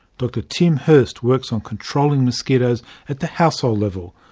dr tim hurst works on controlling mosquitoes at the household level,